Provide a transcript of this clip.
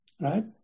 right